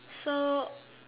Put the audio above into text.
so